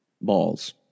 balls